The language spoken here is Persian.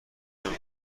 نمی